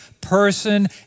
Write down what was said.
person